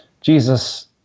Jesus